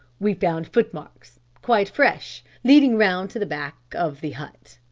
we found footmarks, quite fresh, leading round to the back of the hut.